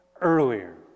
earlier